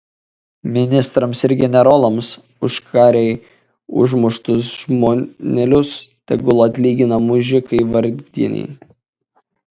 ministrams ir generolams už karėj užmuštus žmonelius tegul atlygina mužikai vargdieniai